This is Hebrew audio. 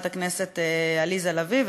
וצודקת,